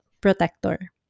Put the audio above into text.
protector